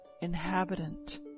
inhabitant